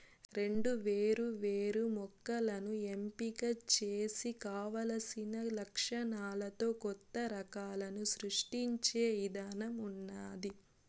రెండు వేరు వేరు మొక్కలను ఎంపిక చేసి కావలసిన లక్షణాలతో కొత్త రకాలను సృష్టించే ఇధానం ఉన్నాది